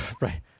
right